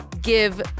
give